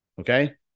Okay